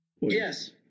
yes